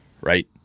right